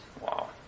Wow